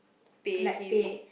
pay him